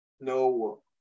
No